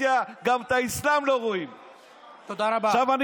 ועכשיו אנחנו